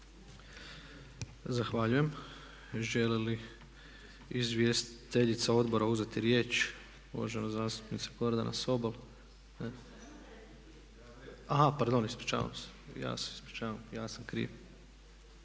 Zahvaljujem. Želi li izvjestiteljica Odbora uzeti riječ? Uvažena zastupnica Gordana Sobol. …/Upadica se ne čuje./… Ispričavam se, ja sam kriv.